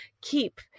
keep